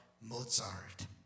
Mozart